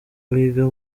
wiga